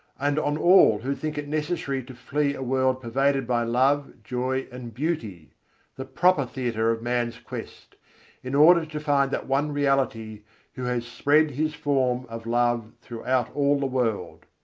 and on all who think it necessary to flee a world pervaded by love, joy, and beauty the proper theatre of man's quest in order to find that one reality who has spread his form of love throughout all the world.